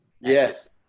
Yes